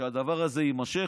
שהדבר הזה יימשך.